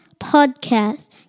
podcast